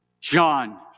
John